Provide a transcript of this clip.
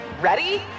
Ready